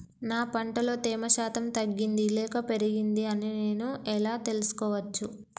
నా పంట లో తేమ శాతం తగ్గింది లేక పెరిగింది అని నేను ఎలా తెలుసుకోవచ్చు?